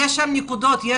יש שם סוגיות